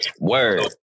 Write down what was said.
word